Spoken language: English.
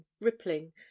Rippling